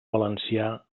valencià